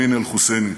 אמין אל-חוסייני.